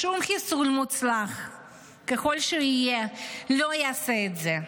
שום חיסול, מוצלח ככל שיהיה, לא יעשה את זה,